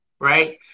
Right